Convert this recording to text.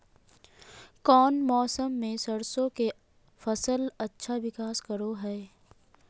कौन मौसम मैं सरसों के फसल अच्छा विकास करो हय?